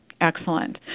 Excellent